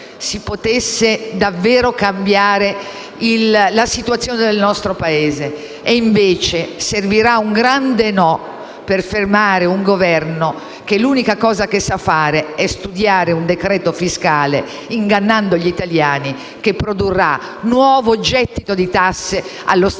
si potrebbe davvero cambiare la situazione del nostro Paese. Servirà invece un grande «no» per fermare un Governo che l'unica cosa che sa fare è studiare un decreto fiscale, ingannando gli italiani che produrrà nuovo gettito di tasse allo Stato